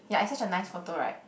yeah it's such a nice photo right